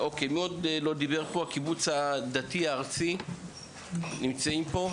אוקיי, הקיבוץ הדתי הארצי נמצאים פה?